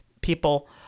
people